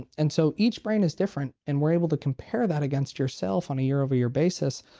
and so each brain is different and we're able to compare that against yourself on a year-over-year basis.